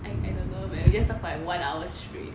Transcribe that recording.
I don't know man we just talked for like one hour straight